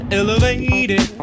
elevated